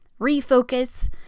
refocus